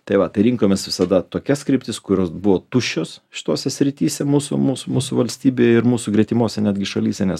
tai va tai rinkomės visada tokias kryptis kurios buvo tuščios šitose srityse mūsų mūsų mūsų valstybėje ir mūsų gretimose netgi šalyse nes